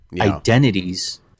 identities